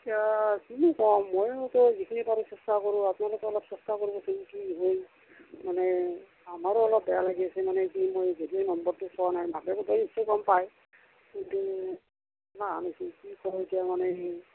এতিয়া কিনো ক'ম ময়োতো যিখিনি পাৰোঁ চেষ্টা কৰোঁ আপনালোকেও অলপ চেষ্টা কৰিবচোন কি হয় মানে আমাৰো অলপ বেয়া লাগি আছেই মানে কি মই যদিওঁ মই নম্বৰটো চোৱা নাই মাকে বাৰু কিছু গম পায় কিন্তু সেনেহান হৈছে কি কওঁ এতিয়া মানে